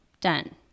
done